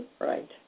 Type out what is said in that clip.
Right